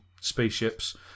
spaceships